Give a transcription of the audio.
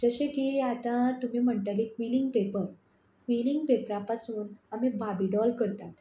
जशें की आतां तुमी म्हणटले क्विलींग पेपर क्विलींग पेपरा पासून आमी बाबी डॉल करतात